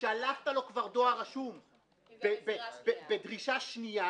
שלחת לו כבר דואר רשום ודרישה שנייה